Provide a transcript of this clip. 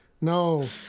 no